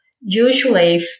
usually